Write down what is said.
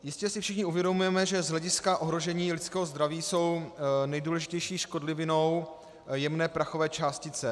Jistě si všichni uvědomujeme, že z hlediska ohrožení lidského zdraví jsou nejdůležitější škodlivinou jemné prachové částice.